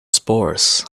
spores